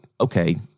okay